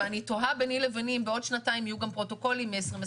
ואני תוהה ביני לביני אם בעוד שנתיים יהיו גם פרוטוקולים מ-2021,